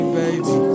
baby